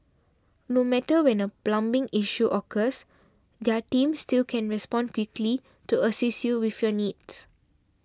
no matter when a plumbing issue occurs their team still can respond quickly to assist you with your needs